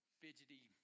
fidgety